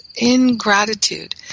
Ingratitude